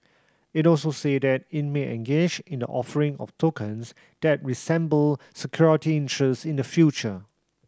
it also said that it may engage in the offering of tokens that resemble security interest in the future